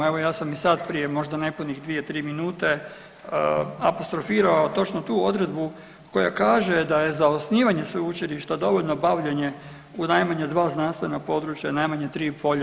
Evo ja sam i sad prije možda nepunih dvije, tri minute apostrofirao točno tu odredbu koja kaže da je za osnivanje sveučilišta dovoljno bavljenje u najmanje dva znanstvena područja i najmanje tri polja.